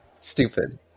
Stupid